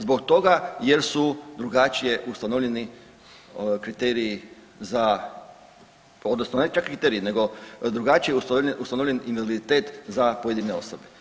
Zbog toga jer su drugačije ustanovljeni kriteriji za, odnosno ne čak i kriteriji, nego drugačije je ustanovljen invaliditet za pojedine osobe.